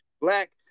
black